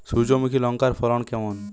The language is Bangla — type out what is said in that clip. সূর্যমুখী লঙ্কার ফলন কেমন?